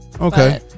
Okay